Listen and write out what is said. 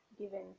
given